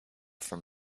from